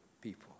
people